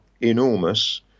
enormous